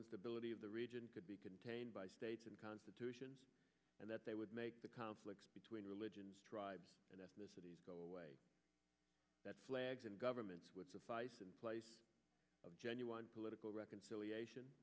instability of the region could be contained by states and constitution and that they would make the conflicts between religions and ethnicities go away flags and governments would suffice in place of genuine political reconciliation